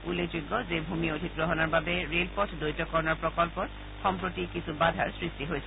উল্লেখযোগ্য যে ভূমি অধিগ্ৰহণৰ বাবে ৰেলপথ দ্বৈতকৰণৰ প্ৰকল্পত সম্প্ৰতি কিছু বাধাৰ সৃষ্টি হৈছে